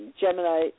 Gemini